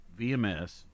VMS